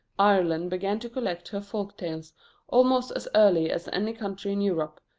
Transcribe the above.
ireland began to collect her folk-tales almost as early as any country in europe,